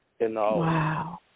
Wow